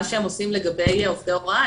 מה שהם עושים לגבי עובדי הוראה,